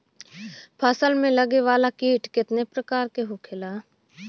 फसल में लगे वाला कीट कितने प्रकार के होखेला?